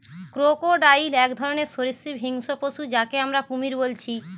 crocodile এক ধরণের সরীসৃপ হিংস্র পশু যাকে আমরা কুমির বলছি